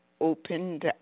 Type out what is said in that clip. opened